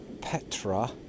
Petra